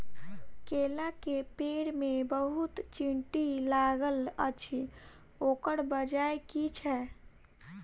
केला केँ पेड़ मे बहुत चींटी लागल अछि, ओकर बजय की छै?